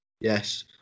Yes